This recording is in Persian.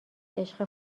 عشق